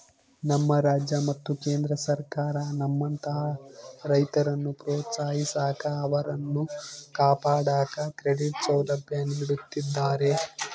ನಮ್ಮ ರಾಜ್ಯ ಮತ್ತು ಕೇಂದ್ರ ಸರ್ಕಾರ ನಮ್ಮಂತಹ ರೈತರನ್ನು ಪ್ರೋತ್ಸಾಹಿಸಾಕ ಅವರನ್ನು ಕಾಪಾಡಾಕ ಕ್ರೆಡಿಟ್ ಸೌಲಭ್ಯ ನೀಡುತ್ತಿದ್ದಾರೆ